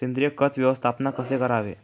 सेंद्रिय खत व्यवस्थापन कसे करावे?